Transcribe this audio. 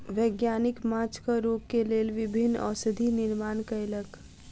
वैज्ञानिक माँछक रोग के लेल विभिन्न औषधि निर्माण कयलक